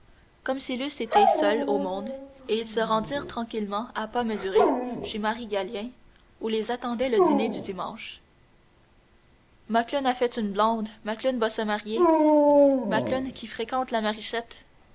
comme s'ils eussent été seuls au monde et ils se rendirent tranquillement à pas mesurés chez marie gallien où les attendait le dîner du dimanche macloune a fait une blonde macloune va se marier macloune qui fréquente la